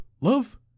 love